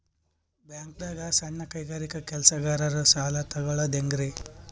ಬ್ಯಾಂಕ್ದಾಗ ಸಣ್ಣ ಕೈಗಾರಿಕಾ ಕೆಲಸಗಾರರು ಸಾಲ ತಗೊಳದ್ ಹೇಂಗ್ರಿ?